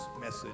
message